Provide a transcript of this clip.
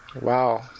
Wow